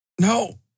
No